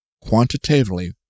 quantitatively